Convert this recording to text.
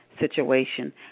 situation